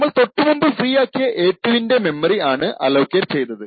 നമ്മൾ തൊട്ടുമുൻപ് ഫ്രീ ആക്കിയ a2 ൻറെ മെമ്മറി ആണ് അലോക്കേറ്റ് ചെയ്തത്